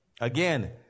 Again